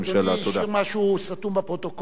תודה רבה.